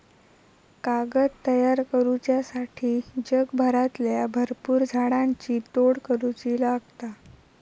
कागद तयार करुच्यासाठी जगभरातल्या भरपुर झाडांची तोड करुची लागता